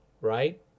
right